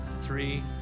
three